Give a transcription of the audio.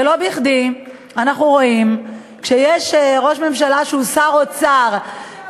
ולא בכדי אנחנו רואים שכשיש ראש ממשלה שהוא שר אוצר,